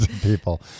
people